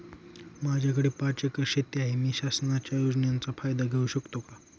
माझ्याकडे पाच एकर शेती आहे, मी शासनाच्या योजनेचा फायदा घेऊ शकते का?